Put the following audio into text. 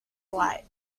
alike